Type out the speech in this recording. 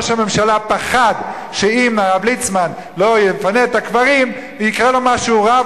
ראש הממשלה פחד שאם הרב ליצמן לא יפנה את הקברים יקרה לו משהו רע,